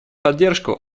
поддержку